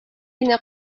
генә